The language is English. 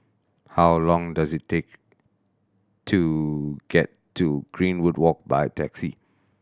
how long does it take to get to Greenwood Walk by taxi